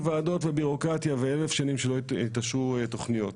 ועדות ובירוקרטיה ושנים שלא יתאשרו תוכניות.